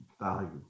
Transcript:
value